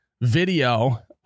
video